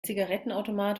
zigarettenautomat